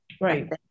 right